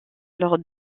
lors